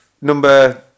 number